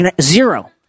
Zero